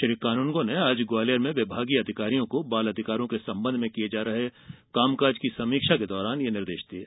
श्री कानूनगो ने आज ग्वालियर में विभागीय अधिकारियों के साथ बाल अधिकारों के संबंध में किये जा रहे कामकाज की समीक्षा के दौरान यह निर्देश दिये